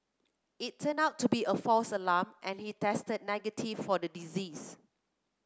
it turned out to be a false alarm and he tested negative for the disease